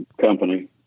company